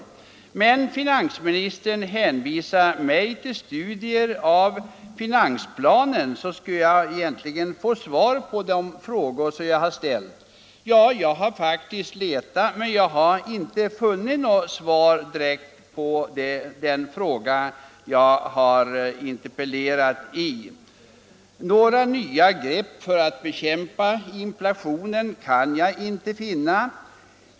Eftersom finansministern hänvisar mig till studier av finansplanen, borde jag väl där kunna få svar på min fråga. Jag har faktiskt letat i den men inte funnit något svar på den fråga som jag har tagit upp i interpellationen. Några nya grepp för att bekämpa inflationen kan jag inte finna.